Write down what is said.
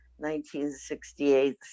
1968